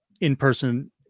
in-person